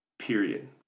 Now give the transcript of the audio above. Period